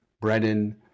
Brennan